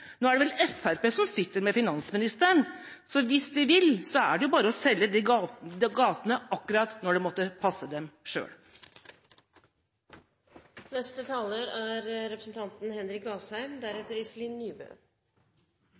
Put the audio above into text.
nå er det vel Fremskrittspartiet som sitter med finansministeren, og hvis de vil, er det bare å selge de gatene akkurat når det måtte passe dem